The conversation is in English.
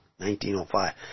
1905